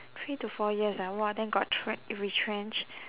three to four years ah !wah! then got tre~ retrenched